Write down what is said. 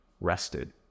rested